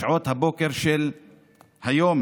משעות הבוקר של היום,